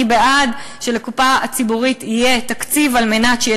אני בעד שיהיה לקופה הציבורית תקציב בשביל שיהיה